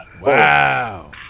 Wow